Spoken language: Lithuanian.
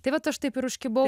tai vat aš taip ir užkibau